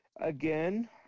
again